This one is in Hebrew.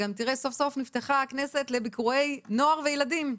סוף סוף נפתחה הכנסת לביקורי נוער וילדים.